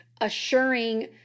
assuring